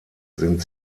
sind